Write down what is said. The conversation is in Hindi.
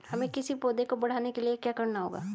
हमें किसी पौधे को बढ़ाने के लिये क्या करना होगा?